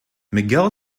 miguel